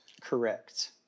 Correct